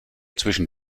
zwischen